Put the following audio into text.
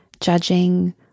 judging